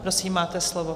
Prosím, máte slovo.